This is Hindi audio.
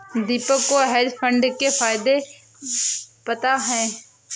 दीपक को हेज फंड के फायदे पता है